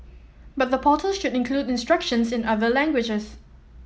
but the portal should include instructions in other languages